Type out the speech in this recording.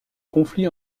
conflit